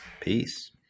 peace